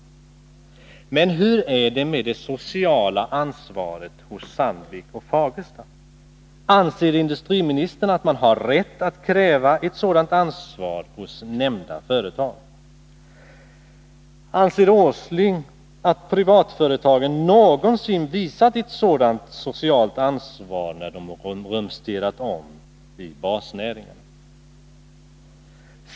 Men hur är det med det sociala ansvaret hos Sandvik och Fagersta? Anser industriministern att man har rätt att kräva ett sådant ansvar hos nämnda företag? Anser Nils Åsling att privatföretagen någonsin visat ett socialt ansvar när de rumsterat om i basnäringarna?